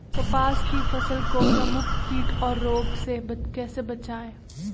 कपास की फसल को प्रमुख कीट और रोग से कैसे बचाएं?